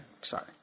Sorry